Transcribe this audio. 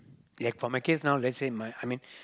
the for my case now let's say my I mean